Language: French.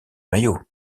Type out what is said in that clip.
maillots